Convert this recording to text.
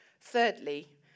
Thirdly